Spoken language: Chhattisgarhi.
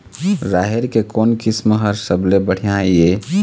राहेर के कोन किस्म हर सबले बढ़िया ये?